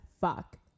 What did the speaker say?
fuck